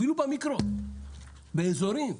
אפילו במיקרו, באזורים.